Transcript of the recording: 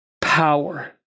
power